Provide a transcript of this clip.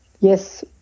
yes